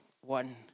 one